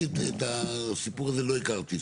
אני את הסיפור הזה לא הכרתי,